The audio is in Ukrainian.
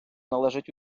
належить